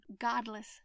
godless